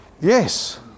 Yes